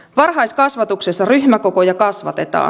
varhaiskasvatuksessa ryhmäkokoja kasvatetaan